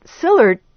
Sillard